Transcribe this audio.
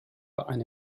eine